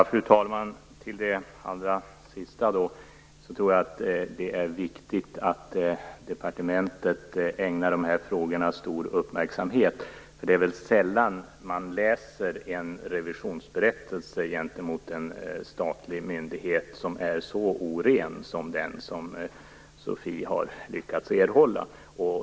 Fru talman! Vad gäller det allra sista tror jag att det är viktigt att departementet ägnar de här frågorna stor uppmärksamhet. Det är väl sällan man läser en revisionsberättelse gentemot en statlig myndighet som är så oren som den som SOFI har lyckats erhålla.